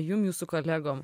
jum jūsų kolegom